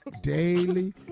daily